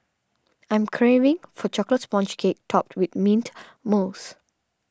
I am craving for a Chocolate Sponge Cake Topped with Mint Mousse